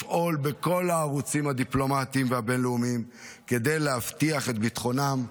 לפעול בכל הערוצים הדיפלומטיים והבין-לאומיים כדי להבטיח את ביטחונם,